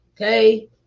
okay